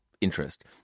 interest